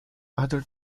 other